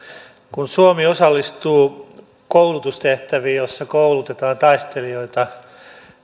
kun suomi osallistuu koulutustehtäviin joissa koulutetaan taistelijoita